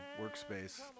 workspace